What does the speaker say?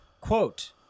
Quote